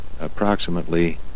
approximately